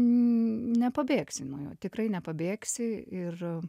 nepabėgsi nuo jo tikrai nepabėgsi ir a